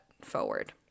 forward